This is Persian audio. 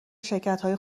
شرکتهای